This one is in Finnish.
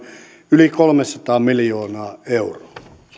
yli kolmesataa miljoonaa euroa